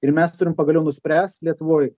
ir mes turim pagaliau nuspręst lietuvoj